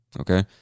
Okay